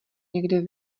někde